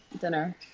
dinner